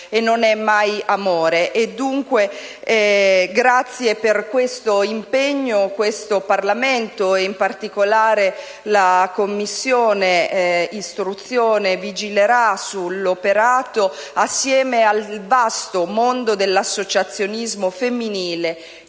e non è mai amore. Pertanto, la ringraziamo per questo impegno. Questo Parlamento, e in particolare la 7a Commissione, vigilerà sull'operato assieme al vasto mondo dell'associazionismo femminile,